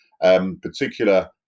Particular